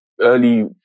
early